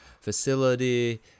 facility